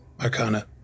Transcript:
Arcana